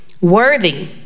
Worthy